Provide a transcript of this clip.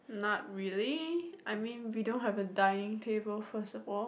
not really I mean we don't have a dinning table first of all